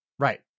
Right